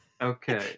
Okay